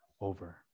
over